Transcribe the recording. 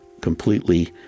completely